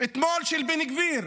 ואתמול של בן גביר.